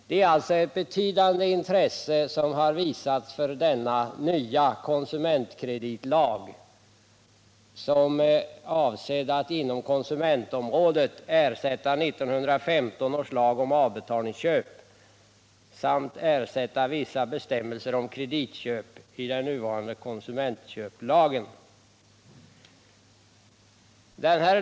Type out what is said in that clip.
Det är alltså ett betydande intresse som visats denna nya konsumentkreditlag, som är avsedd att inom konsumentområdet ersätta 1915 års lag om avbetalningsköp samt vissa bestämmelser om kreditköp i den nya konsumentköplagen.